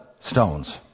stones